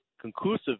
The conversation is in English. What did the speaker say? conclusive